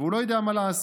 והוא לא יודע מה לעשות.